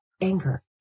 anger